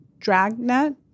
Dragnet